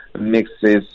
mixes